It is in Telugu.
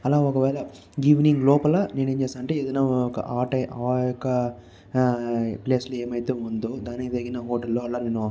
అలా ఒకవేళ ఈవెనింగ్ లోపల నేను ఏం చేస్తానంటే ఏదైనా ఒక ఆట ఆ యొక్క ప్లేస్ లో ఏమైతే ఉందో దానికి తగిన హోటల్ లో అలా నేను